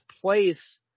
place